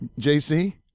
JC